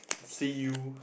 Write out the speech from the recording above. see you